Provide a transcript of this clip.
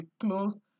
close